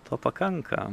to pakanka